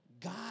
God